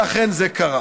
ואכן זה קרה.